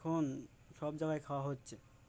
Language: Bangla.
এখন সব জায়গায় খাওয়া হচ্ছে